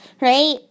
right